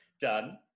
Done